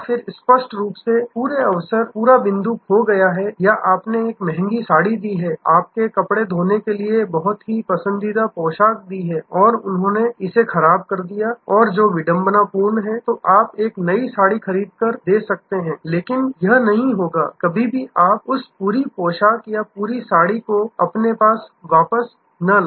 फिर स्पष्ट रूप से पूरे अवसर पूरा बिंदु खो गया है या आपने एक महंगी साड़ी दी है आपके कपड़े धोने के लिए एक बहुत ही पसंदीदा पोशाक दी है और उन्होंने इसे खराब कर दिया है और जो विडंबनापूर्ण है तो आप एक नई साड़ी खरीद सकते हैं लेकिन यह नहीं होगा कभी भी आप उस पूरी पोशाक या पूरी साड़ी को आपके पास वापस न लाएं